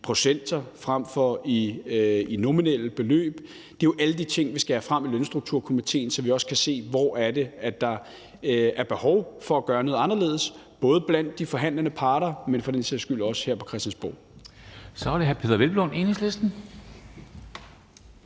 procenter frem for i nominelle beløb? Det er jo alle de ting, vi skal have frem i Lønstrukturkomitéen, så vi også kan se, hvor det er, der er behov for at gøre noget anderledes, både blandt de forhandlerne parter, men for den sags skyld også her på Christiansborg. Kl. 15:26 Formanden